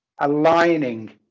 aligning